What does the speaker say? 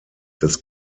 des